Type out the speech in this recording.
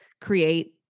create